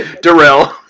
Darrell